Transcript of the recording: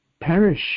perish